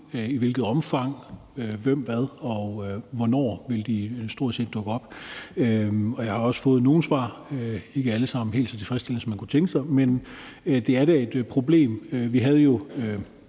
i hvilket omfang, hvem og hvornår de stort set ville dukke op, og jeg har også fået nogle svar. De er ikke alle sammen helt så tilfredsstillende, som man kunne tænke sig det, men det er da et problem.